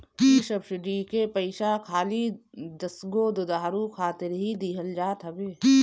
इ सब्सिडी के पईसा खाली दसगो दुधारू खातिर ही दिहल जात हवे